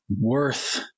worth